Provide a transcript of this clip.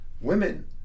Women